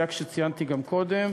בסייג שציינתי גם קודם.